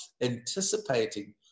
anticipating